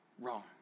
wrong